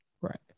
Right